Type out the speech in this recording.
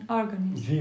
organism